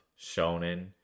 Shonen